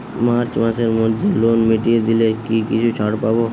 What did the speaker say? March মাসের মধ্যে loan মিটিয়ে দিলে কি কিছু ছাড় পাব?